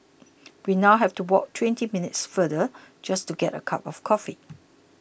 we now have to walk twenty minutes farther just to get a cup of coffee